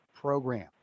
program